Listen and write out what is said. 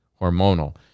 hormonal